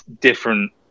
different